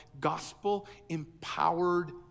gospel-empowered